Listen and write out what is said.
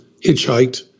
hitchhiked